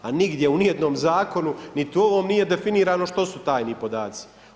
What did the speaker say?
A nigdje u nijednom zakonu niti u ovom nije definirano što su tajni podaci.